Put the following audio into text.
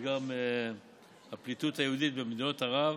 יש גם את הפליטות היהודית במדינות ערב.